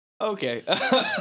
Okay